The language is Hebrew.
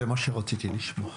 זה מה שרציתי לשמוע.